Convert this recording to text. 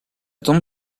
tombe